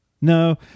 No